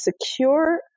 secure